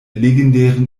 legendären